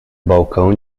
balcão